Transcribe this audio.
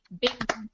Big